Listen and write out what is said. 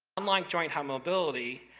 unlike joint hypermobility,